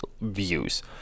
views